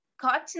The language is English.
cotton